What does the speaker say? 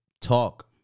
talk